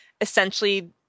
essentially